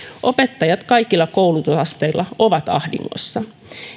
opettajat kaikilla koulutusasteilla ovat ahdingossa